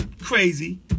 Crazy